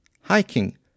hiking